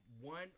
one